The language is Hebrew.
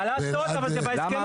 מה לעשות אבל זה בהסכם הקואליציוני.